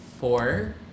four